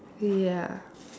ya